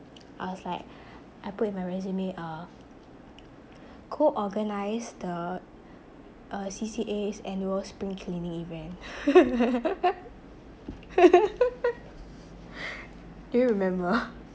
I was like I put in my resume uh co-orgnised the uh C_C_A annual spring cleaning event can you remember